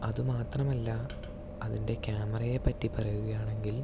അതുമാത്രമല്ല അതിൻ്റെ ക്യാമറയെ പറ്റി പറയുകയാണെങ്കിൽ